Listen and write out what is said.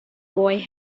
boy